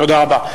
תודה רבה.